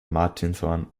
martinshorn